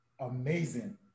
amazing